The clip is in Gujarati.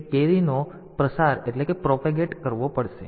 તેથી તે carry નો પ્રસાર કરવો પડશે